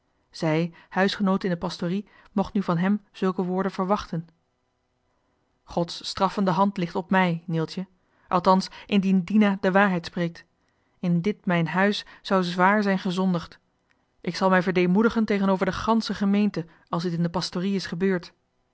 zij huisgenoote in de pastorie mocht nu van hem zulke woorden verwachten gods straffende hand ligt op mij neeltje althans indien dina de waarheid spreekt in dit mijn huis zou zwaar zijn gezondigd ik zal mij verdeemoedigen tegenover de gansche gemeente als dit in de pastorie is gebeurd